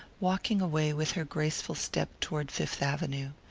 walking away with her graceful step toward fifth avenue.